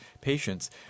patients